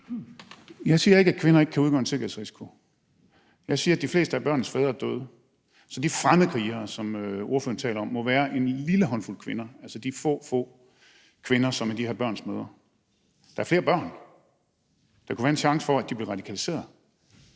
Jeg siger ikke, at kvinder ikke kan udgøre en sikkerhedsrisiko. Jeg siger, at de fleste af børnenes fædre er døde, så de fremmedkrigere, som ordføreren taler om, må være en lille håndfuld kvinder, altså de ganske få kvinder, som er de her børns mødre. Der er flere børn, og der kunne være en risiko for, at de bliver radikaliseret,